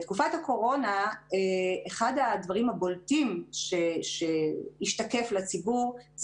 בתקופת הקורונה אחד הדברים הבולטים שהשתקף לציבור זאת